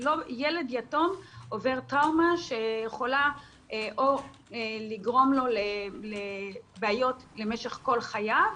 ילד יתום עובר טראומה שיכולה לגרום לו לבעיות למשך כל חייו,